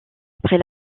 après